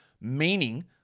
meaning